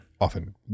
often